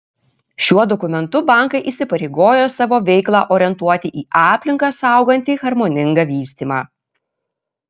šiuo dokumentu bankai įsipareigojo savo veiklą orientuoti į aplinką saugantį harmoningą vystymą